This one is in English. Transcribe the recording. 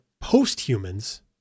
post-humans